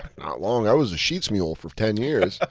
not long. i was a sheetz mule for ten years.